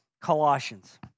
Colossians